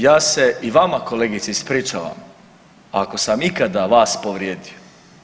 Ja se i vama kolegice ispričavam ako sam ikada vas povrijedio.